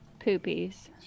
poopies